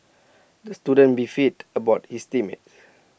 the student beefed about his team mates